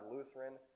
Lutheran